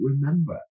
Remember